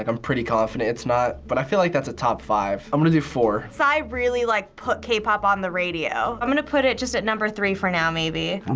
like i'm pretty confident it's not, but i feel like that's a top five. i'm gonna do four. psy really like put k-pop on the radio. i'm gonna put it just at number three for now, maybe.